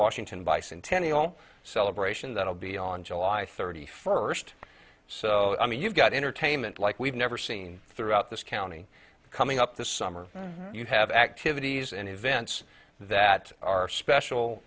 washington bicentennial celebration that will be on july thirty first so you've got entertainment like we've never seen throughout this county coming up this summer you have activities and events that are special